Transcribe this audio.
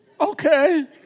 Okay